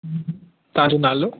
तव्हां जो नालो